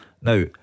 Now